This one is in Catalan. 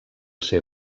ser